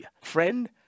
Friend